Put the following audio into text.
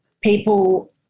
people